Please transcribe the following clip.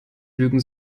lügen